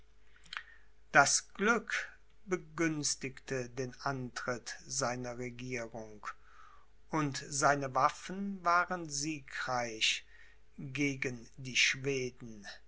das glück begünstigte den antritt seiner regierung und seine waffen waren siegreich gegen die schweden